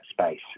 space